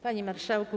Panie Marszałku!